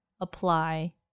apply